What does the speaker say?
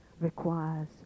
requires